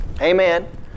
Amen